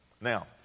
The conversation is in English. Now